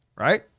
right